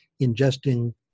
ingesting